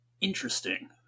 Interesting